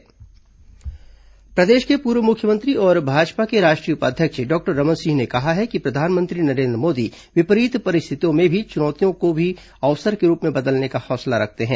रमन सिंह प्रे सवार्ता प्रदेश के पूर्व मुख्यमंत्री और भाजपा के राष्ट्रीय उपाध्यक्ष डॉक्टर रमन सिंह ने कहा है कि प्रधानमंत्री नरेन्द्र मोदी विपरीत परिस्थितियों में चुनौतियों को भी अवसर के रूप में बदलने का हौसला रखते हैं